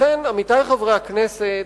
לכן, עמיתי חברי הכנסת,